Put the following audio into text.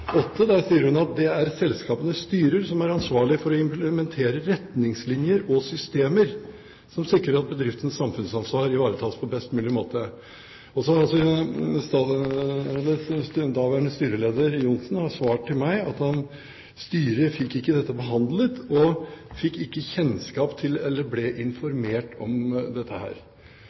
er ansvarlig for å implementere retningslinjer og systemer som sikrer at bedriftens samfunnsansvar ivaretas på best mulig måte.» Daværende styreleder, Johnsen, har svart til meg at styret ikke fikk dette behandlet, fikk ikke kjennskap til eller ble informert om dette.